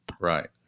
Right